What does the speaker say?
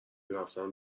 رفتن